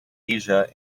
asia